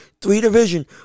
three-division